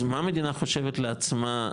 אז מה המדינה חושבת לעצמה,